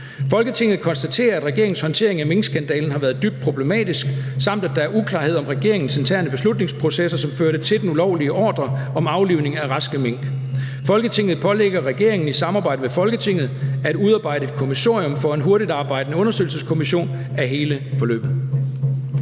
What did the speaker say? »Folketinget konstaterer, at regeringens håndtering af minkskandalen har været dybt problematisk, samt at der er uklarhed om regeringens interne beslutningsprocesser, som førte til den ulovlige ordre om aflivning af raske mink. Folketinget pålægger regeringen i samarbejde med Folketinget at udarbejde et kommissorium for en hurtig arbejdende undersøgelseskommission af hele forløbet«.